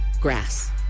grass